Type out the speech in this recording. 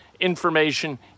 information